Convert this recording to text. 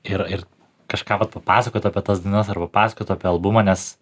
ir ir kažką vat papasakot apie tas dainas arba pasakot apie albumą nes